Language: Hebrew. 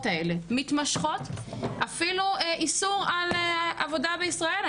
האלה מתמשכות אפילו איסור על עבודה בישראל.